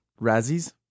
Razzies